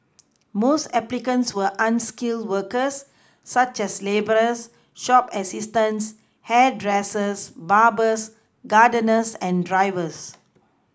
most applicants were unskilled workers such as labourers shop assistants hairdressers barbers gardeners and drivers